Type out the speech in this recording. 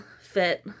fit